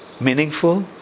meaningful